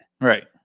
Right